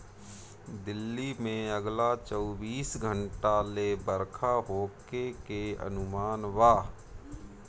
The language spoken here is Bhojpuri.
दिल्ली में अगला चौबीस घंटा ले बरखा होखे के अनुमान बा